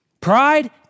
Pride